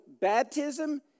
baptism